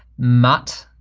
mutt.